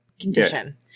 condition